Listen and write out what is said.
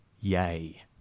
Yay